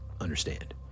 understand